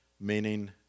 meaning